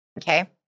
Okay